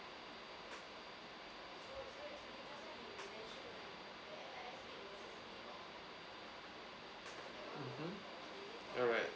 alright